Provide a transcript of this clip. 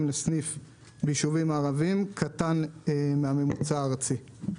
לסניף בישובים ערביים קטן מן הממוצע הארצי.